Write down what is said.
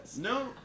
No